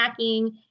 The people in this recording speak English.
snacking